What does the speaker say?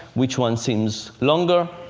which one seems longer?